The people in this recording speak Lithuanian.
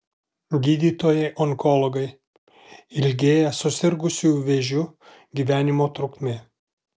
gydytojai onkologai ilgėja susirgusiųjų vėžiu gyvenimo trukmė